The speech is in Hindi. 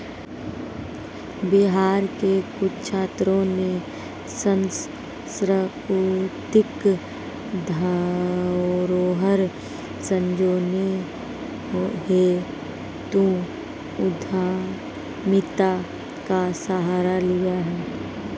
बिहार के कुछ छात्रों ने सांस्कृतिक धरोहर संजोने हेतु उद्यमिता का सहारा लिया है